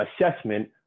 assessment